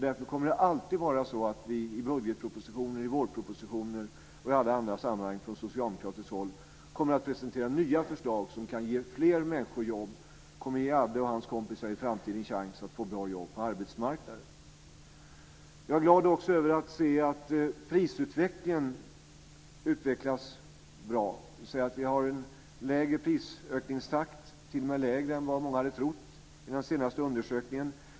Därför kommer vi alltid i budgetpropositioner, i vårpropositioner och andra sammanhang från socialdemokratiskt håll att presentera nya förslag som kan ge fler människor jobb och som kan ge Adde och hans kompisar i framtiden en chans att få ett bra jobb på arbetsmarknaden. Jag är också glad över att se att prisutvecklingen är bra. Vi ser att vi har en lägre prisutvecklingstakt, t.o.m. lägre än vad många hade trott, enligt den senaste undersökningen.